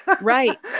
Right